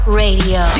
radio